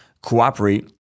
cooperate